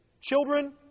children